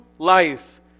Life